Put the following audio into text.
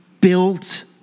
built